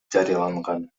жарыяланган